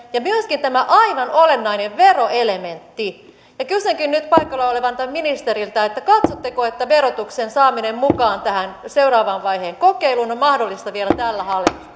ja myöskin tämä aivan olennainen veroelementti kysynkin nyt paikalla olevalta ministeriltä katsotteko että verotuksen saaminen mukaan tähän seuraavan vaiheen kokeiluun on mahdollista vielä tällä